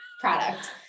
product